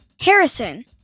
Harrison